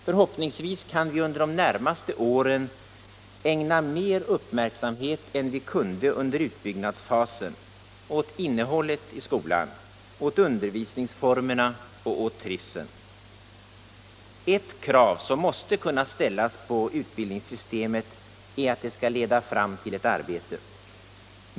Förhoppningsvis kan vi under de närmaste åren ägna mer uppmärksamhet än vi kunde göra under utbyggnadsfasen åt innehållet i skolan, åt undervisningsformerna och åt trivseln. Ett krav som måste kunna ställas på utbildningssystemet är att utbildningen skall leda fram till ett arbete.